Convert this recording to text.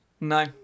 No